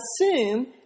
assume